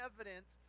evidence